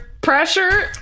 pressure